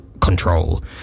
control